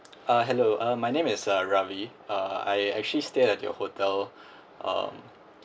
uh hello uh my name is uh Ravi uh I actually stayed at your hotel um